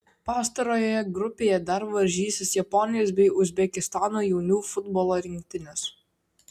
pastarojoje grupėje dar varžysis japonijos bei uzbekistano jaunių futbolo rinktinės